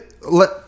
Let